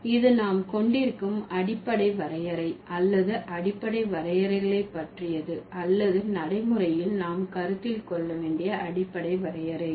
இது நாம் கொண்டிருக்கும் அடிப்படை வரையறை அல்லது அடிப்படை வரையறைகளை பற்றியது அல்லது நடைமுறையில் நாம் கருத்தில் கொள்ள வேண்டிய அடிப்படை வரையறைகள்